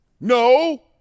No